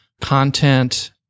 content